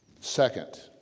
Second